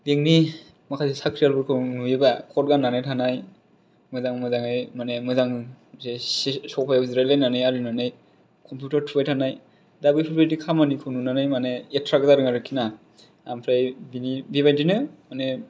bank नि माखासे साख्रि आवलाफोरखौ नुयोबा कट गान्नानै थानाय मोजां मोजाङै माने मोजां जे सफायाव जिरायलायनानै आरिनानै कम्पिउटार थुबाय थानाय दा बेफोरबादि खामानिखौ नुनानै माने एट्रेक जादों आरोखिना ओमफ्राय बिनि बेबादिनो माने